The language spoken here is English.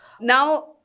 now